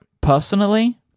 personally